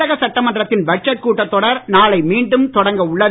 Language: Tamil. தமிழக சட்டமன்றத்தின் பட்ஜெட் கூட்டத்தொடர் நாளை மீண்டும் தொடங்கவுள்ளது